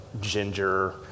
ginger